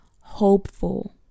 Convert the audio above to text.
hopeful